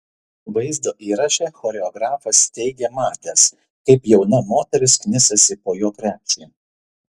vaizdo įraše choreografas teigė matęs kaip jauna moteris knisasi po jo krepšį